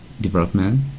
development